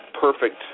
perfect